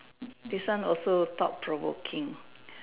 this one also thought provoking